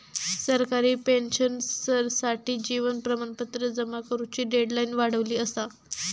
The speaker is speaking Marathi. सरकारी पेंशनर्ससाठी जीवन प्रमाणपत्र जमा करुची डेडलाईन वाढवली असा